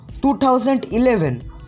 2011